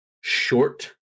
short